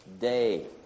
day